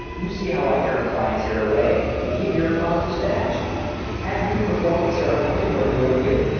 you see how i turn clients here away, to give your cause dispatch have you perform'd the ceremonies were enjoin'd you?